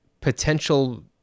potential